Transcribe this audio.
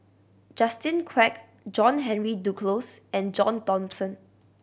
Justin Quek John Henry Duclos and John Thomson